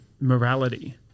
morality